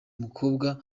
umukobwa